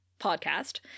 Podcast